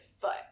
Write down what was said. foot